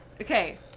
okay